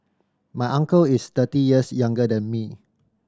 my uncle is thirty years younger than me